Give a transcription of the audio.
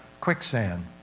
quicksand